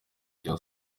cya